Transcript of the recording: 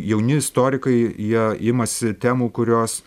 jauni istorikai jie imasi temų kurios